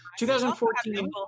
2014